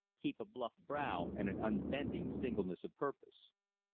keep a bluff brow and an unbending singleness of purpose.